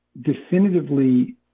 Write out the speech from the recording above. definitively